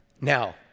Now